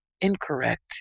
incorrect